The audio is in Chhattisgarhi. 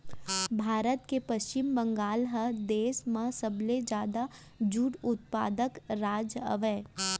भारत के पस्चिम बंगाल ह देस म सबले जादा जूट उत्पादक राज अय